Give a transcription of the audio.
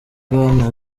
bwana